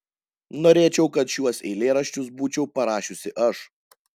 norėčiau kad šiuos eilėraščius būčiau parašiusi aš